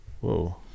whoa